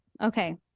Okay